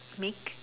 meek